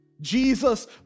Jesus